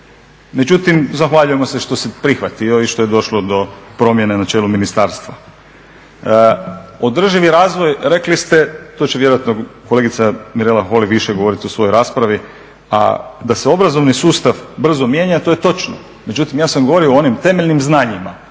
međutim zahvaljujemo se što se prihvatio i što je došlo do promjene na čelu ministarstva. Održivi razvoj, rekli ste, to će vjerojatno kolegica Mirela Holy više govoriti u svojoj raspravi, a da se obrazovni sustav brzo mijenja, to je točno, međutim ja sam govorio o onim temeljnim znanjima